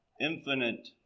infinite